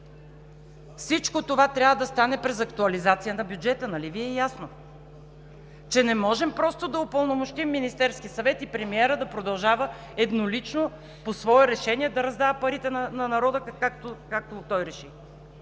Всичко това трябва да стане през актуализация на бюджета. Нали Ви е ясно, че не можем да упълномощим Министерския съвет и премиерът да продължава еднолично – по свое решение, да раздава парите на народа, както той реши?